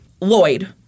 lloyd